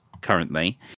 currently